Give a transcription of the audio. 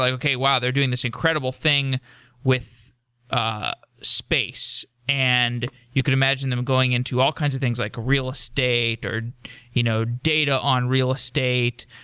like okay. wow! they're doing this incredible thing with ah space. and you could imagine them going into all kinds of things, like real estate, or you know data on real estate,